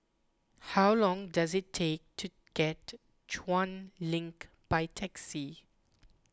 how long does it take to get to Chuan Link by taxi